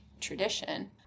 tradition